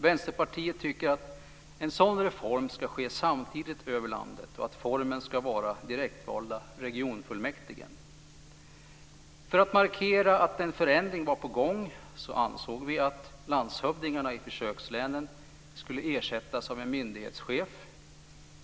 Vänsterpartiet tycker att en sådan reform ska genomföras samtidigt över landet och att formen ska vara direktvalda regionfullmäktige. För att markera att en förändring var på gång ansåg vi att landshövdingarna i försökslänen skulle ersättas med en myndighetschef.